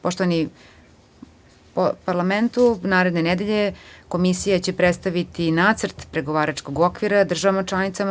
Poštovani Parlamentu, naredne nedelje komisija će predstaviti nacrt pregovaračkog okvira državama članicama.